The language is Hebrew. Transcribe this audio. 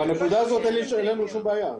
בנקודה הזאת אין לנו שום בעיה.